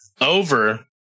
Over